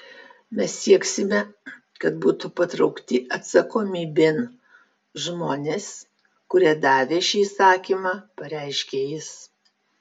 mes sieksime kad būtų patraukti atsakomybėn žmonės kurie davė šį įsakymą pareiškė jis